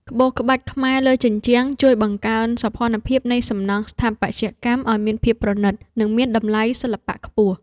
ក្បូរក្បាច់ខ្មែរលើជញ្ជាំងជួយបង្កើនសោភ័ណភាពនៃសំណង់ស្ថាបត្យកម្មឱ្យមានភាពប្រណីត និងមានតម្លៃសិល្បៈខ្ពស់។